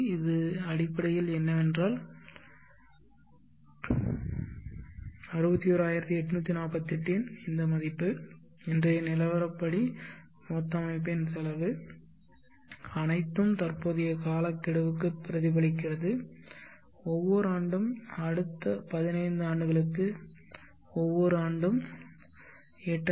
இதுஅடிப்படையில் என்னவென்றால் 61848 இன் இந்த மதிப்பு இன்றைய நிலவரப்படி மொத்த அமைப்பின் செலவு அனைத்தும் தற்போதைய காலக்கெடுவுக்கு பிரதிபலிக்கிறது ஒவ்வொரு ஆண்டும் அடுத்த 15 ஆண்டுகளுக்கு ஒவ்வொரு ஆண்டும் 8131